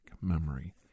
memory